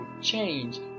change